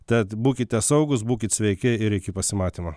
tad būkite saugūs būkit sveiki ir iki pasimatymo